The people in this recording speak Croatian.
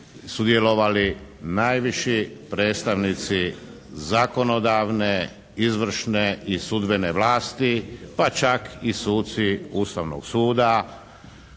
sudjelovali najviši predstavnici zakonodavne, izvršne i sudbene vlasti, pa čak i suci Ustavnog suda.